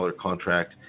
contract